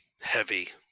Heavy